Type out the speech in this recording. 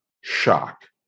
shock